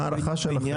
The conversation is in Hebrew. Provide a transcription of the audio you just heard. מה ההערכה שלכם?